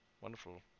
wonderful